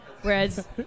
Whereas